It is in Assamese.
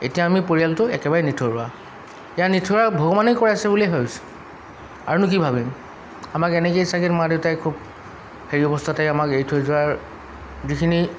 এতিয়া আমি পৰিয়ালটো একেবাৰে নিথৰুৱা ইয়াৰ নিথৰুৱা ভগৱানেই কৰাইছে বুলিয়ে ভাবিছোঁ আৰুনো কি ভাবিম আমাক এনেকৈয়ে চাগে মা দেউতাই খুব হেৰি অৱস্থাতে আমাক এৰি থৈ যোৱাৰ যিখিনি